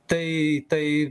tai tai